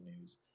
news